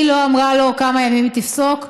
היא לא אמרה לו כמה ימים היא תפסוק.